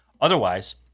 Otherwise